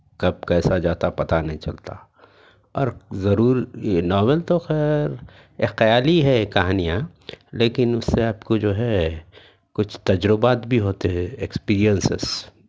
کب کیسا جاتا پتہ نہیں چلتا اور ضرور یہ ناول تو خیر یہ خیالی ہے کہانیاں لیکن اس سے آپ کو جو ہے کچھ تجربات بھی ہوتے ہیں ایکسپرینسیس